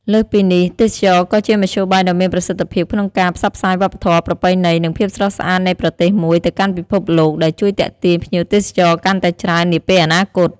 លើសពីនេះ ទេសចរណ៍ក៏ជាមធ្យោបាយដ៏មានប្រសិទ្ធភាពក្នុងការផ្សព្វផ្សាយវប្បធម៌ ប្រពៃណី និងភាពស្រស់ស្អាតនៃប្រទេសមួយទៅកាន់ពិភពលោក ដែលជួយទាក់ទាញភ្ញៀវទេសចរកាន់តែច្រើននាពេលអនាគត។